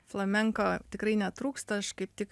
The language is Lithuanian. flamenko tikrai netrūksta aš kaip tik